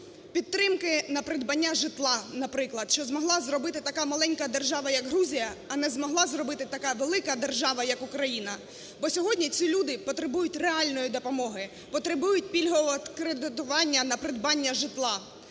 підтримки на придбання житла. Наприклад, що змогла зробити така маленька держава як Грузія, а не змогла зробити така велика держава як Україна. Бо сьогодні ці люди потребують реальної допомоги, потребують пільгового кредитування на придбання житла.